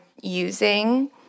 using